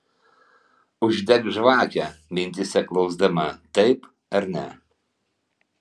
uždek žvakę mintyse klausdama taip ar ne